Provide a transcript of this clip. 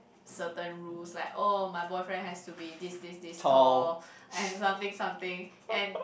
certain rules like oh my boyfriend has to be this this this tall and something something and